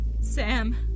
Sam